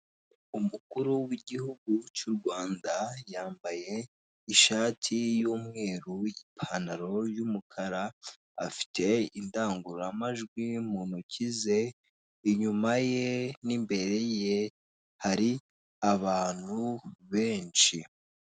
Umukuru w'igihugu cy'u Rwanda yambaye ishati y' umweru ,ipantaro y'umukara afite indangururamajwi mu ntoki ze, inyuma ye n'imbere ye hari abantu benshi.